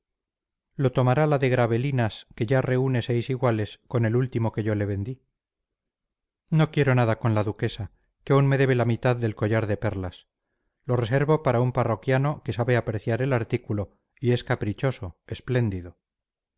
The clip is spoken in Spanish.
lo tomará la de gravelinas que ya reúne seis iguales con el último que yo le vendí no quiero nada con la duquesa que aún me debe la mitad del collar de perlas lo reservo para un parroquiano que sabe apreciar el artículo y es caprichoso espléndido